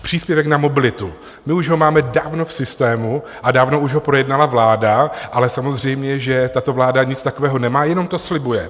Příspěvek na mobilitu, my už ho máme dávno v systému a dávno už ho projednala vláda, ale samozřejmě že tato vláda nic takového nemá, jenom to slibuje.